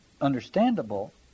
understandable